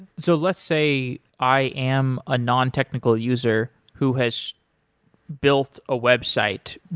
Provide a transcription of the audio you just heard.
so let's say i am a non-technical user who has built a website.